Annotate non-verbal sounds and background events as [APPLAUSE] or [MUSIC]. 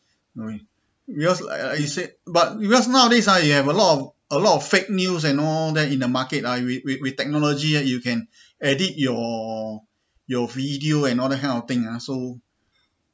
no need because like like you said but because nowadays ah you have a lot of a lot of fake news and all that in the market ah with with technology you can [BREATH] edit your your video and all that kind of thing ah so